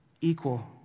equal